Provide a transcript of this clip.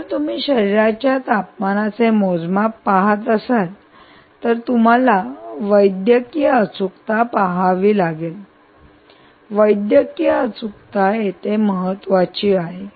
जर तुम्ही शरीराच्या तापमानाचे मोजमाप पहात असाल तर तुम्हाला वैद्यकीय अचूकता पहावी लागेल वैद्यकीय अचूकता येथे महत्वाची आहे